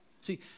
See